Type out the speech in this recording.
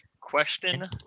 question